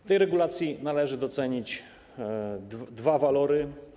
W tej regulacji należy docenić dwa walory.